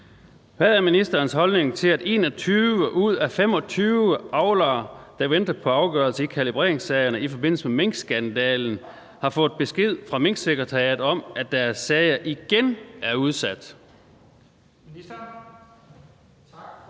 Hvad er ministerens holdning til, at 21 ud af 25 avlere, der venter på afgørelse i kalibreringssagerne i forbindelse med minkskandalen, har fået besked fra Minksekretariatet om, at deres sag igen er udsat?